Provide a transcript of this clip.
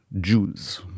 Jews